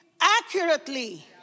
accurately